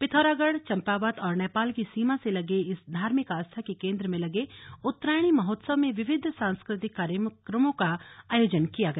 पिथौरागढ़ चम्पावत और नेपाल की सीमा से लगे इस धार्मिक आस्था के केंद्र में लगे उत्तरायणी महोत्सव में विविध सांस्कृतिक कार्यक्रमों का आयोजन किया गया